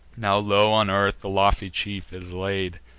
now low on earth the lofty chief is laid,